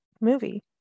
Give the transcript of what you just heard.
movie